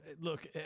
Look